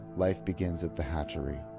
life begins at the hatchery.